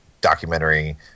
documentary